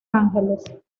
ángeles